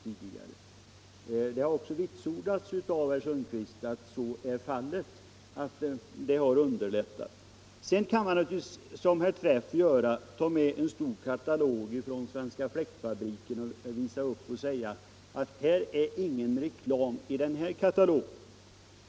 Herr Sundkvist har också vitsordat att det har underlättat tillämpningen av lagen. Sedan kan man naturligtvis, som herr Träff gör, visa upp en stor katalog från Svenska Fläktfabriken och säga att i denna katalog förekommer ingen reklam.